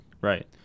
right